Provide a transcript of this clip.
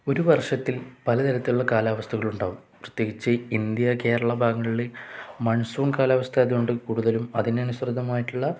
ഒരു വർഷത്തിൽ പലതരത്തിലുള്ള കാലാവസ്ഥകളുണ്ടാവും പ്രത്യേകിച്ചു ഇന്ത്യ കേരള ഭാഗങ്ങളിൽ മൺസൂൺ കാലാവസ്ഥ അത് കൊണ്ട് കൂടുതലും അതിന് അനുസൃദമായിട്ടുള്ള